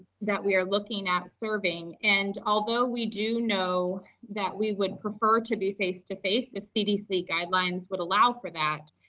that we are looking at serving. and although we do know that we would prefer to be face to face if cdc guidelines would allow for that,